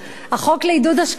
החוק לעידוד השקעות הון,